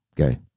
Okay